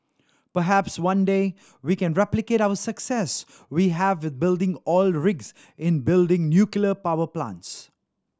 perhaps one day we can replicate our success we have with building oil rigs in building nuclear power plants